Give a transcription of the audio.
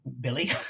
Billy